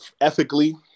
ethically